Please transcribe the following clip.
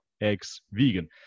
ex-vegan